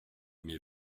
mes